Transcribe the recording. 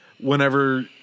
whenever